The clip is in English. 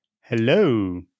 Hello